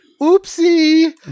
Oopsie